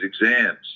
exams